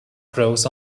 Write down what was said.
grows